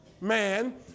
Man